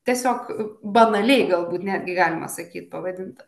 tiesiog banaliai galbūt netgi galima sakyt pavadinta